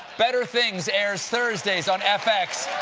better things airports thursdays on fx.